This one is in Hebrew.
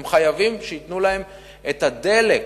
הם חייבים שייתנו להם את הדלק